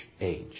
age